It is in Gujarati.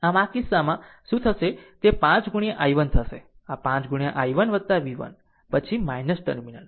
આમ આ કિસ્સામાં શું થશે તે 5 into i1 થશે આ 5 into i1 v1 પછી ટર્મિનલ